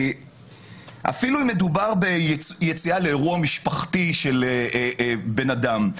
אפילו אם מדובר ביציאה לאירוע משפחתי של אדם,